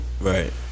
Right